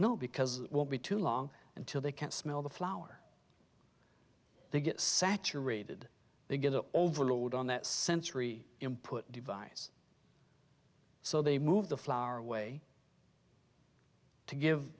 no because it will be too long until they can't smell the flower they get saturated they get an overload on that sensory input device so they move the flower away to give